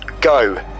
Go